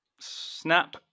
snap